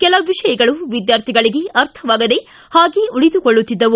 ಕೆಲ ವಿಷಯಗಳು ವಿದ್ಯಾರ್ಥಿಗಳಿಗೆ ಅರ್ಥವಾಗದೆ ಹಾಗೆ ಉಳಿದುಕೊಳ್ಳುತ್ತಿದ್ದವು